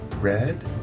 Red